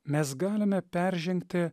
mes galime peržengti